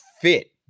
fit